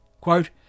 Quote